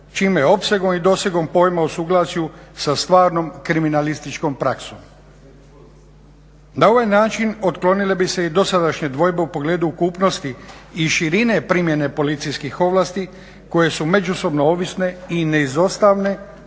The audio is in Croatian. čime opsegom i dosegom pojma o suglasju sa stvarnom kriminalističkom praksom. Na ovaj način otklonile bi se i dosadašnje dvojbe u pogledu ukupnosti i širene primjene policijskih ovlasti koje su međusobno ovisne i neizostavne